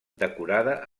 decorada